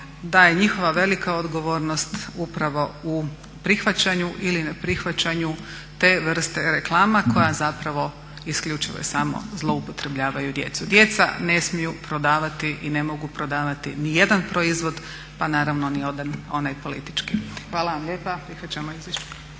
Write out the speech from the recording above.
da je njihova velika odgovornost upravo u prihvaćanju ili neprihvaćanju te vrste reklama koja zapravo isključivo je samo zloupotrebljavaju djecu. Djeca ne smiju prodavati i ne mogu prodavati ni jedan proizvod, pa naravno ni onaj politički. Hvala vam lijepa. Prihvaćamo izvješće.